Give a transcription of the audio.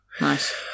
Nice